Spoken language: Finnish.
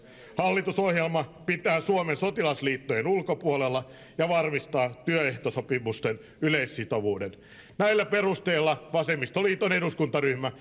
hallitusohjelma pitää suomen sotilasliittojen ulkopuolella ja varmistaa työehtosopimusten yleissitovuuden näillä perusteilla vasemmistoliiton eduskuntaryhmä